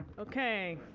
ok.